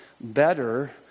better